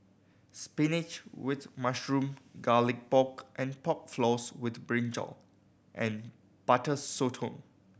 spinach with mushroom Garlic Pork and Pork Floss with brinjal and Butter Sotong